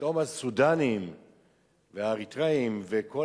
שפתאום הסודנים והאריתריאים, וכל